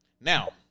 Now